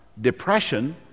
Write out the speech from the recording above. depression